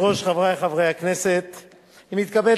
ואכן,